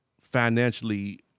financially